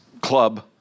club